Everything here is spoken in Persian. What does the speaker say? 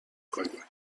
کنیم